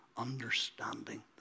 Understanding